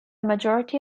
majority